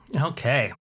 Okay